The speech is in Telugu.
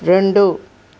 రెండు